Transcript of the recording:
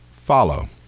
follow